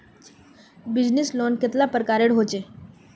Business loan कतेला प्रकारेर होचे?